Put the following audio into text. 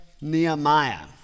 Nehemiah